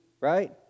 right